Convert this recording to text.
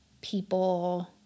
people